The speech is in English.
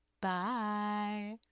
Bye